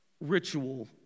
ritual